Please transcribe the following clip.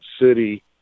city